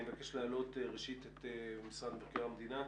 אני מבקש להעלות את נציג משרד מבקר המדינה.